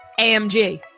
AMG